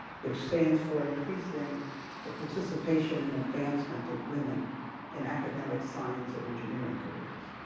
which stands for increasing the participation and advancement of women in academic science and engineering careers.